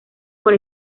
por